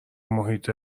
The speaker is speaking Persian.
محیط